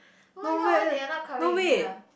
oh-my-god why they are not coming again lah